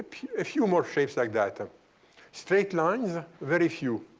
a few more shapes like that. um straight lines very few.